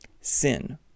Sin